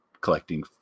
collecting